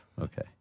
okay